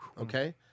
Okay